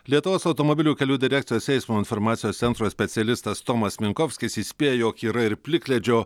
lietuvos automobilių kelių direkcijos eismo informacijos centro specialistas tomas minkovskis įspėjo jog yra ir plikledžio